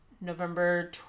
November